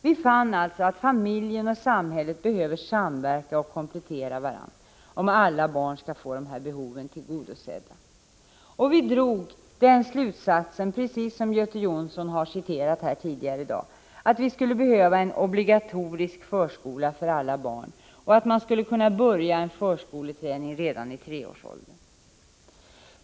Vi fann att familjen och samhället behöver samverka och komplettera varandra om alla barn skall få dessa behov tillgodosedda. Vi drog slutsatsen — Göte Jonsson har citerat det — att vi skulle behöva en obligatorisk förskola för alla barn och att man skulle kunna börja en förskoleträning redan vid tre års ålder.